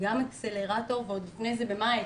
את האקסלרטור ועוד לפני זה במאי,